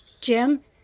Jim